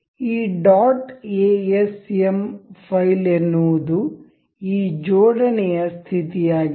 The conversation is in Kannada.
ಈ dot A S M file ಎನ್ನುವದು ಈ ಜೋಡಣೆ ಯ ಸ್ಥಿತಿಯಾಗಿದೆ